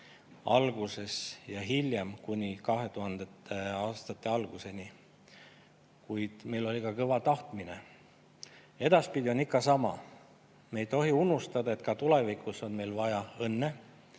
alguses ja hiljem kuni 2000. aastate alguseni. Kuid meil oli ka kõva tahtmine. Edaspidi on ikka sama: me ei tohi unustada, et ka tulevikus on meil vaja õnne,